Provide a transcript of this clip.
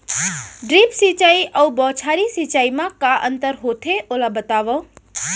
Drip सिंचाई अऊ बौछारी सिंचाई मा का अंतर होथे, ओला बतावव?